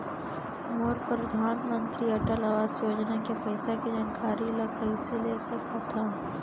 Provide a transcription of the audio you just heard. मोर परधानमंतरी अटल आवास योजना के पइसा के जानकारी ल कइसे ले सकत हो?